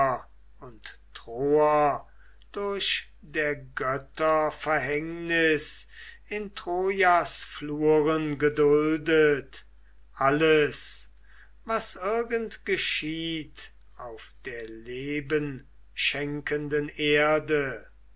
und troer durch der götter verhängnis in trojas fluren geduldet alles was irgend geschieht auf der lebenschenkenden erde